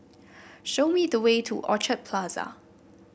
show me the way to Orchard Plaza